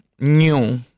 new